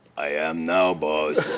i am now, boss.